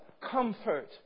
comfort